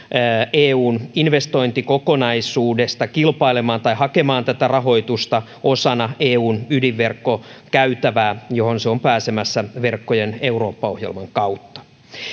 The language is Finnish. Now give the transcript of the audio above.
eun investointikokonaisuudesta kilpailemaan hakemaan tätä rahoitusta osana eun ydinverkkokäytävää johon se on pääsemässä verkkojen eurooppa ohjelman kautta